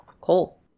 Cool